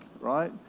right